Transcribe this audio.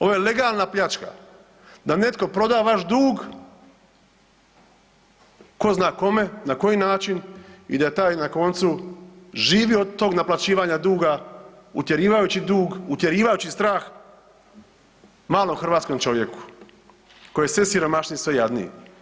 Ovo je legalna pljačka da netko proda vaš dug ko zna kome, na koji način i da taj na koncu živi od tog naplaćivanja duga utjerivajući dug, utjerivajući strah malom hrvatskom čovjeku koji je sve siromašniji i sve jadniji.